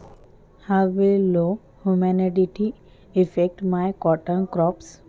कमी आर्द्रतेचा माझ्या कापूस पिकावर कसा परिणाम होईल?